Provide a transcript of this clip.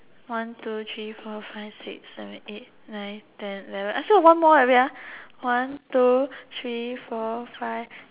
one two three four five six seven eight nine ten eleven still got one more eh wait ah one two three four five